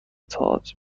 تئاتر